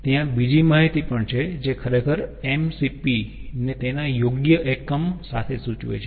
ત્યાં બીજી માહિતી પણ છે જે ખરેખર mCp ને તેના યોગ્ય એકમ સાથે સૂચવે છે